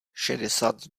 šedesát